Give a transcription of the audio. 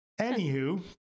Anywho